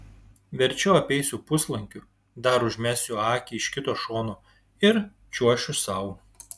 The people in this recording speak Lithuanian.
verčiau apeisiu puslankiu dar užmesiu akį iš kito šono ir čiuošiu sau